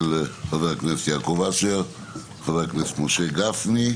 של חבר הכנסת יעקב אשר וחבר הכנסת משה גפני.